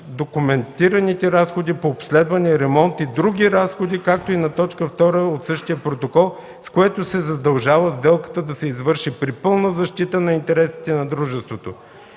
документираните разходи по обследване, ремонт и други разходи, както и на т. 2 от същия протокол, с което се задължава сделката да се извърши при пълна защита на интересите на дружеството.